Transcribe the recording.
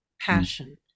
passion